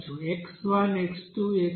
x1 x2 x3 వంటి n variables ఉన్నాయి